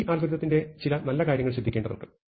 ഈ അൽഗോരിതത്തിന്റെ ചില നല്ല കാര്യങ്ങൾ ശ്രദ്ധിക്കേണ്ടതുണ്ട്